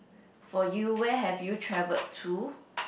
for you where have you traveled to